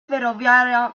ferroviaria